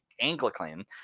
Anglican